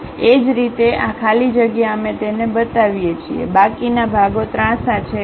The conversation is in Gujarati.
એ જ રીતે આ ખાલી જગ્યા અમે તેને બતાવીએ છીએ બાકીના ભાગો ત્રાંસા છે